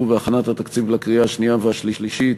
והכנת התקציב לקריאה השנייה והשלישית,